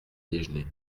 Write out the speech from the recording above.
déjeuner